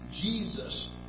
Jesus